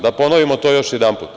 Da ponovimo to još jedanput.